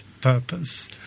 purpose